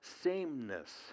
sameness